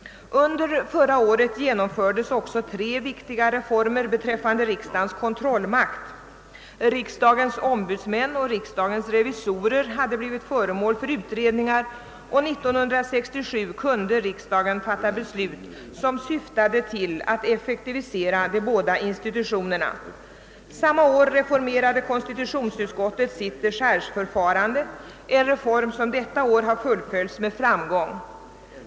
Under förra året genomfördes också tre viktiga reformer beträffande riksdagens kontrollmakt. Riksdagens ombudsmän och revisorer hade blivit föremål för utredningar, och 1967 kunde riksdagen fatta beslut som syftade till att effektivisera de båda institutionerna. Samma år reformerade konstitutionsutskottet sitt dechargeförfarande, en reform som detta år har fullföljts med framgång.